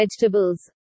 vegetables